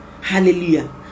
Hallelujah